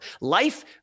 life